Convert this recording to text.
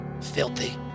Filthy